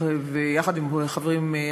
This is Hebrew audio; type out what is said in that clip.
יחד עם חברים,